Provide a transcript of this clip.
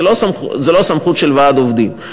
זו לא סמכות של ועד עובדים,